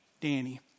Danny